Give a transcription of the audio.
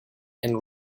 and